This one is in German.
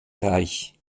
reich